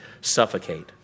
suffocate